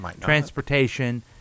Transportation